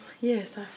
yes